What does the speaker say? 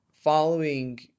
following